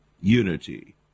unity